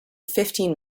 fifteen